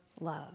love